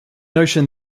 notion